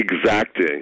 exacting